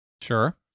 Sure